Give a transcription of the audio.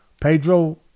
Pedro